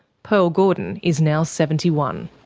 pearl gordon is now seventy one.